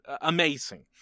amazing